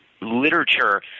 literature